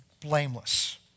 blameless